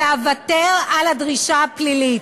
ואוותר על הדרישה הפלילית.